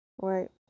Right